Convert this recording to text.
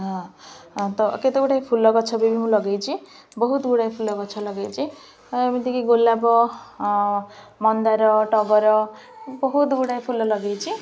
ହଁ ତ କେତେଗୁଡ଼ିଏ ଫୁଲ ଗଛ ବି ମୁଁ ଲଗେଇଚି ବହୁତଗୁଡ଼ାଏ ଫୁଲ ଗଛ ଲଗେଇଚି ଏମିତିକି ଗୋଲାପ ମନ୍ଦାର ଟଗର ବହୁତଗୁଡ଼ାଏ ଫୁଲ ଲଗେଇଛି